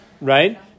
right